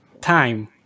time